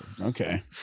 Okay